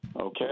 Okay